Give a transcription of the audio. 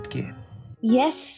Yes